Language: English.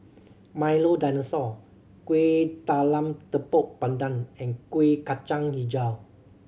Milo Dinosaur Kueh Talam Tepong Pandan and Kuih Kacang Hijau